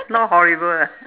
not horrible ah